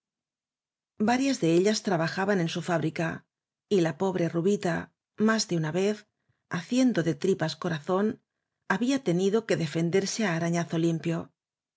varias de ellas trabajaban en su fábrica y la pobre rubita más de una vez haciendo de tripas corazón había tenido que defenderse á arañazo limpio